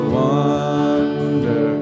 wonder